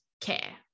care